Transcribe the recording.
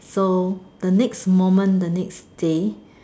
so the next moment the next day